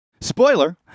Spoiler